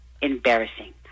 embarrassing